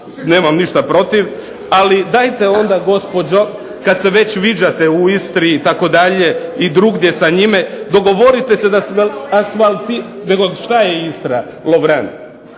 nemam ništa protiv. Ali dajte onda gospođo kada se već viđate u Istri itd. i drugdje sa njime, dogovorite se da se asfaltirate. Nego što je Istra i Lovran?